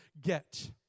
get